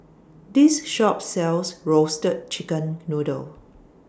This Shop sells Roasted Chicken Noodle